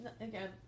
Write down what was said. Again